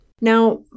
Now